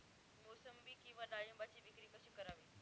मोसंबी किंवा डाळिंबाची विक्री कशी करावी?